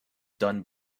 done